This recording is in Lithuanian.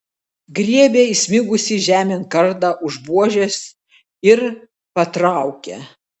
griebia įsmigusį žemėn kardą už buožės ir patraukia